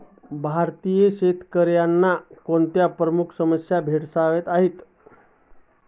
भारतीय शेतकऱ्यांना कोणत्या प्रमुख समस्या भेडसावत आहेत?